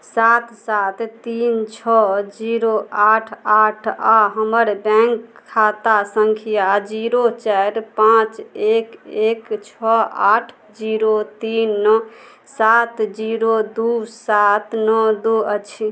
सात सात तीन छओ जीरो आठ आठ आ हमर बैंक खाता संख्या जीरो चारि पाँच एक एक छओ आठ जीरो तीन नओ सात जीरो दू सात नओ दू अछि